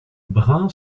brain